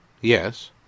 Yes